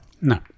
No